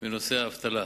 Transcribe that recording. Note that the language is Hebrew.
בנושא האבטלה.